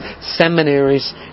seminaries